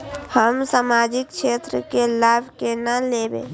हम सामाजिक क्षेत्र के लाभ केना लैब?